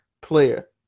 player